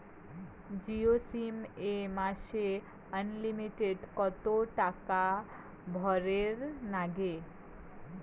Jio sim এ মাসে unlimited কত টাকা ভরের নাগে?